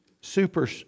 Super